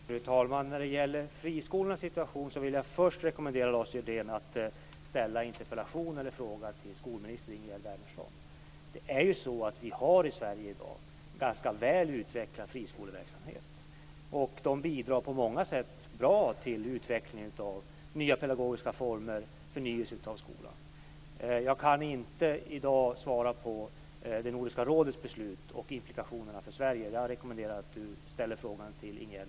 Fru talman! När det gäller friskolornas situation vill jag först rekommendera Lars Hjertén att ställa interpellation eller fråga till skolminister Ingegerd Vi har i Sverige i dag en ganska väl utvecklad friskoleverksamhet. Friskolorna bidrar på många bra sätt till utvecklingen av nya pedagogiska former och förnyelse av skolan. Jag kan inte i dag svara på frågan om Nordiska rådets beslut och dess implikationer för Sverige. Jag rekommenderar att Lars Hjertén ställer frågan till